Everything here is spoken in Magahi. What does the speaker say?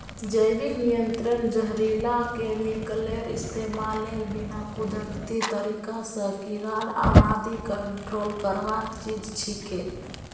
जैविक नियंत्रण जहरीला केमिकलेर इस्तमालेर बिना कुदरती तरीका स कीड़ार आबादी कंट्रोल करवार चीज छिके